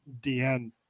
DN